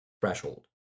threshold